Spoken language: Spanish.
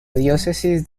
diócesis